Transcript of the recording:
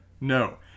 No